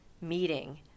meeting